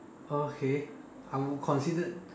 okay I would consider